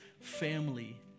family